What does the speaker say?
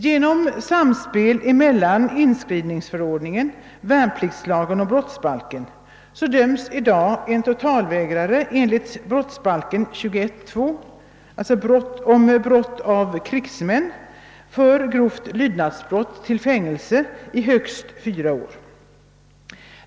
Genom <samspel mellan <inskrivningsförordningen, värnpliktslagen och brottsbalken döms i dag en totalvägrare enligt brottsbalken 21 kap. om brott av krigsmän 2 § för grovt lydnadsbrott till fängelse i högst fyra år.